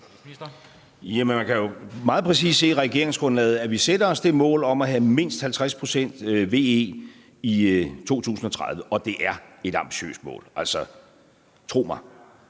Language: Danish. Man kan jo meget præcist se i regeringsgrundlaget, at vi sætter os det mål om at have mindst 50 pct. VE i 2030, og det er et ambitiøst mål. Altså, tro mig,